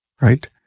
right